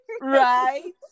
right